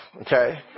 Okay